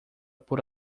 por